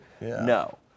no